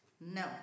No